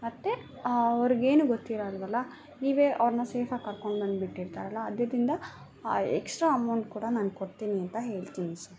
ಮತ್ತು ಅವ್ರ್ಗೇನೂ ಗೊತ್ತಿರಲ್ವಲ್ಲಾ ನೀವೇ ಅವ್ರನ್ನ ಸೇಫಾಗಿ ಕರ್ಕೊಂಡ್ಬಂದು ಬಿಟ್ಟಿರ್ತೀರಲ್ಲ ಅದರಿಂದ ಆ ಎಕ್ಸ್ಟ್ರಾ ಅಮೌಂಟ್ ಕೂಡ ನಾನು ಕೊಡ್ತೀನಿ ಅಂತ ಹೇಳ್ತೀನಿ ಸರ್